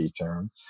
term